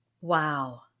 Wow